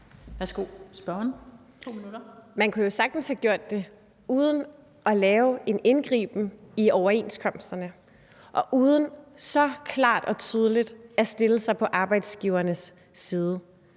Man kunne jo sagtens have gjort det uden at lave et indgreb i overenskomsterne og uden så klart og tydeligt at stille sig på arbejdsgivernes side.